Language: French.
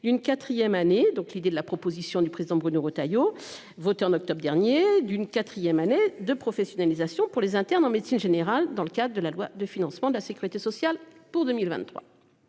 d'une 4ème année donc l'idée de la proposition du président Bruno Retailleau voté en octobre dernier d'une 4ème année de professionnalisation pour les internes en médecine générale dans le cadre de la loi de financement de la Sécurité sociale pour 2023.